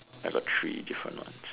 I got three different ones